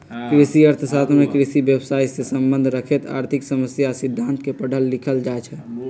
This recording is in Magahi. कृषि अर्थ शास्त्र में कृषि व्यवसायसे सम्बन्ध रखैत आर्थिक समस्या आ सिद्धांत के पढ़ल लिखल जाइ छइ